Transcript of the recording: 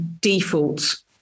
defaults